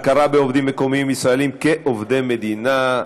הכרה בעובדים מקומיים ישראלים כעובדי מדינה),